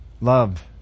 Love